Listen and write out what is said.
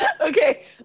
Okay